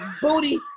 booty